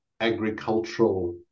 agricultural